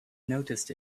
noticed